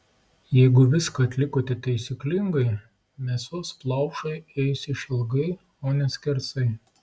jeigu viską atlikote taisyklingai mėsos plaušai eis išilgai o ne skersai